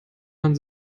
man